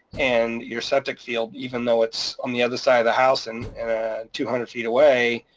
and your septic field, even though it's on the other side of the house and two hundred feet away,